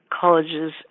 colleges